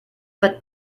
but